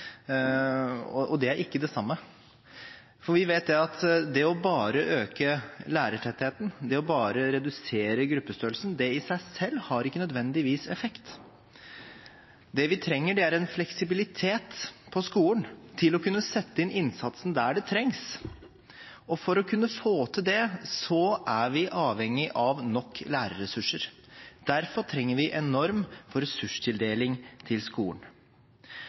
og det er ikke det samme. For vi vet at bare å øke lærertettheten, bare å redusere gruppestørrelsen, har ikke nødvendigvis effekt i seg selv. Det vi trenger, er en fleksibilitet på skolen til å kunne sette inn innsatsen der det trengs. For å kunne få til det er vi avhengig av nok lærerressurser, og derfor trenger vi en norm for ressurstildeling til skolen.